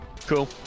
Cool